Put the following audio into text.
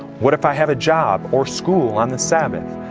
what if i have a job, or school, on the sabbath.